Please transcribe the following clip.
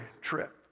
trip